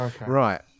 Right